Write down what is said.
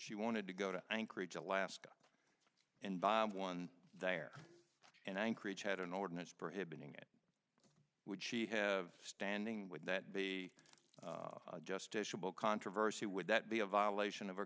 she wanted to go to anchorage alaska and buy one there and anchorage had an ordinance prohibiting it would she have standing would that be justiciable controversy would that be a violation of